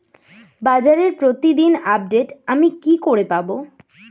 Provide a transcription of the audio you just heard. বাজারের প্রতিদিন আপডেট আমি কি করে পাবো?